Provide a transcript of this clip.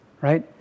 right